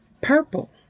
purple